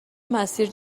مسیر